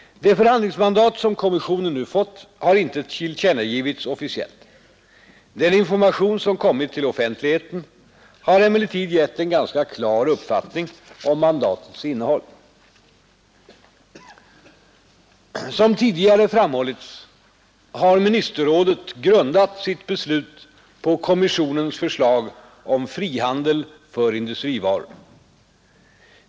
Det förhandlingsmandat som kommissionen nu fått har inte tillkännagivits officiellt. Den information som kommit till offentligheten har emellertid gett en ganska klar uppfattning om mandatets innehåll. Som tidigare framhållits har ministerrådet grundat sitt beslut på kommissionens förslag om frihandel för industrivaror.